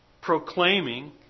proclaiming